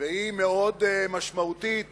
נכון, ומציג